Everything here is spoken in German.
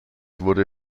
wurde